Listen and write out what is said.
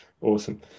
awesome